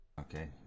Okay